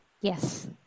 Yes